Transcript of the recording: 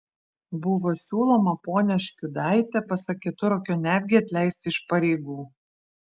buvo siūloma ponią škiudaitę pasak keturakio netgi atleisti iš pareigų